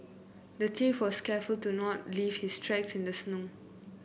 the thief was careful to not leave his tracks in the snow